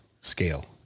scale